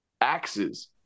axes